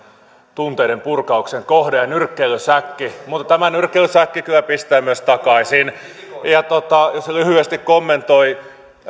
tunteiden purkauksen kohde ja nyrkkeilysäkki mutta tämä nyrkkeilysäkki kyllä pistää myös takaisin jos lyhyesti kommentoin